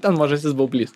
ten mažasis baublys